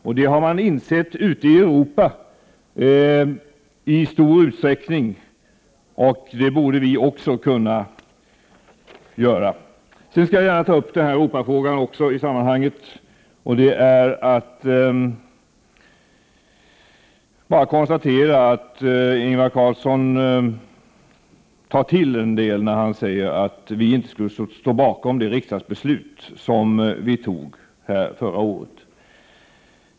Detta har man i stor utsträckning insett ute i Europa, och det borde vi också kunna inse. Sedan skall jag gärna gå in även på Europafrågan i sammanhanget. Jag konstaterar bara att Ingvar Carlsson tar till när han säger att vi för vår del inte skulle stå bakom det riksdagsbeslut som fattades förra året.